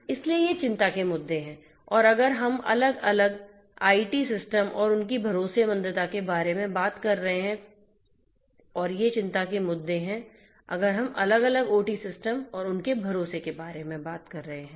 इसलिए ये चिंता के मुद्दे हैं अगर हम अलग थलग आईटी सिस्टम और उनकी भरोसेमंदता के बारे में बात कर रहे हैं और ये चिंता के मुद्दे हैं अगर हम अलग अलग ओटी सिस्टम और उनके भरोसे के बारे में बात कर रहे हैं